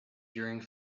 during